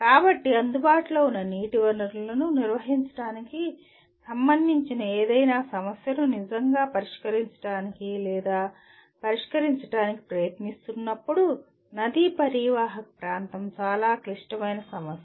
కాబట్టి అందుబాటులో ఉన్న నీటి వనరులను నిర్వహించడానికి సంబంధించిన ఏదైనా సమస్యను నిజంగా పరిష్కరించడానికి లేదా పరిష్కరించడానికి ప్రయత్నిస్తున్నప్పుడు నది పరీవాహక ప్రాంతం చాలా క్లిష్టమైన సమస్య